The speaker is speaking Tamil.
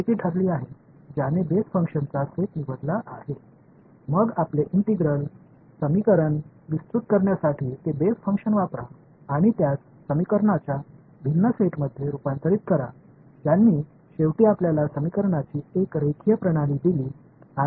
உங்கள் ஒருங்கிணைந்த சமன்பாட்டை விரிவாக்குவதை எளிமையாக்க அந்த அடிப்படை செயல்பாடுகளைப் பயன்படுத்தி அதை ஒரு தனித்துவமான சமன்பாடுகளாக மாற்றவும் இது இறுதியாக உங்களுக்கு ஒரு லீனியர் சமன்பாடுகளைக் கொடுத்தது நாங்கள் அதைத் தீர்த்தோம்